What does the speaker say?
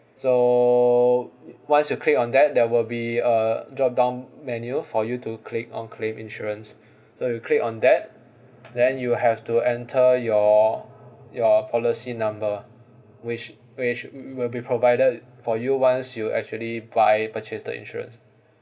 so once you click on that there will be a drop down menu for you to click on claim insurance so you click on that then you have to enter your your policy number which which we will be provided for you once you actually buy purchase the insurance